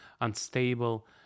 unstable